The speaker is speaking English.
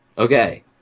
Okay